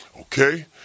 Okay